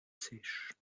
sèche